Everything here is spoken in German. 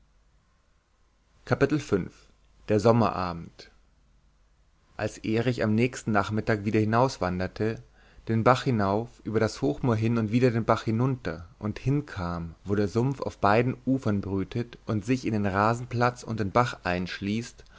der sommerabend als erich am nächsten nachmittag wieder hinauswanderte den bach hinauf über das hochmoor hin und wieder den bach hinunter und hinkam wo der sumpf auf beiden ufern brütet und in sich den rasenplatz und den bach einschließt